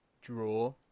draw